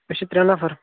أسۍ چھِ ترےٚ نفر